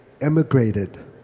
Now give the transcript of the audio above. emigrated